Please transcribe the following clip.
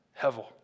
Hevel